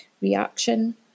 reaction